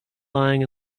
lying